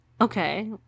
Okay